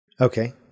Okay